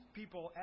people